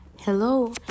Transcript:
hello